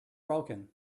broken